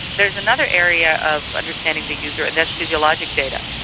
there's another area of understanding the user and that's physiologic data,